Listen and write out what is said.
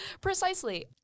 precisely